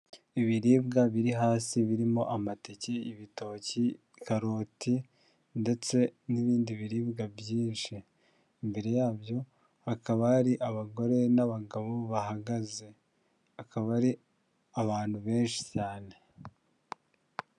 Ibiribwa biri hasi, birimo amateke, ibitoki, karoti, ndetse n'ibindi biribwa byinshi. Imbere yabyo hakaba hari abagore n'abagabo bahagaze. Akaba ari abantu benshi cyane.